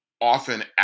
often